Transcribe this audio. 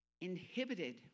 inhibited